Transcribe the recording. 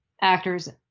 actors